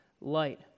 light